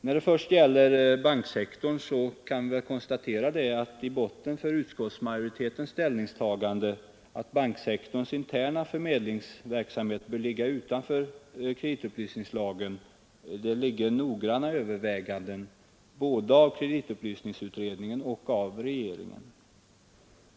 När det gäller banksektorn kan konstateras att i botten för utskottsmajoritetens ställningstagande, att banksektorns interna förmedlingsverksamhet bör ligga utanför kreditupplysningslagen, ligger noggranna överväganden både av kreditupplysningsutredningen och av regeringen.